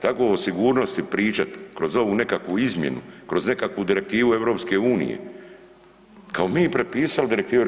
Tako o sigurnosti pričat kroz ovu nekakvu izmjenu, kroz nekakvu direktivu EU kao mi prepisali direktive.